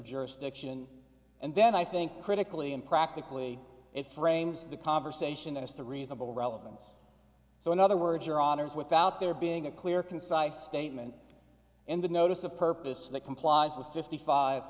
jurisdiction and then i think critically and practically it frames the conversation as to reasonable relevance so in other words your honour's without there being a clear concise statement in the notice of purpose that complies with fifty five